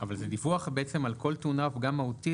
אבל זה דיווח על כל תאונה או פגם מהותי.